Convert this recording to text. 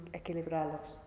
equilibrarlos